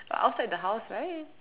but outside the house right